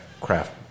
craft